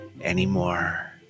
anymore